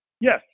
yes